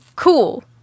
Cool